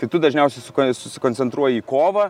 tai tu dažniausiai su kuo susikoncentruoji į kovą